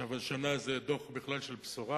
השנה זה דוח בכלל של בשורה,